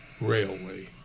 Railway